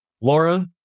Laura